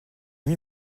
mis